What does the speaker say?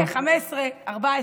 הינה, 15, 14,